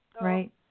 Right